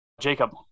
Jacob